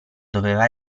doveva